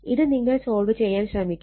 ഇത് നിങ്ങൾ സോൾവ് ചെയ്യാൻ ശ്രമിക്കുക